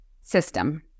system